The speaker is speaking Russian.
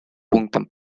пунктам